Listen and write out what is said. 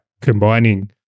combining